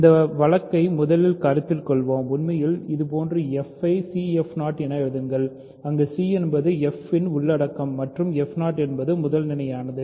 இந்த வழக்கை முதலில் கருத்தில் கொள்வோம் உண்மையில் இதுபோன்றுf ஐ c என எழுதுங்கள் அங்கு c என்பது f இன் உள்ளடக்கம் மற்றும் என்பது முதல்நிலையானது